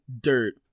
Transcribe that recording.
dirt